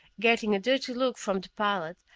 getting a dirty look from the pilot,